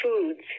foods